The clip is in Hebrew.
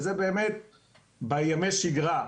וזה באמת בימי שגרה.